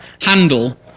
handle